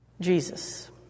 Jesus